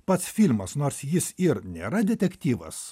pats filmas nors jis ir nėra detektyvas